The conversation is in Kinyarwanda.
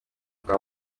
kwa